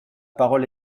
parole